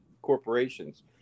Corporations